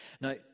Now